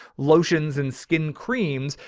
lotions and skin creams.